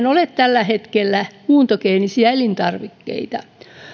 ole tällä hetkellä muuntogeenisiä elintarvikkeita